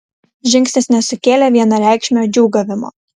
žingsnis nesukėlė vienareikšmio džiūgavimo